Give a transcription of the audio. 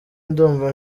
ndumva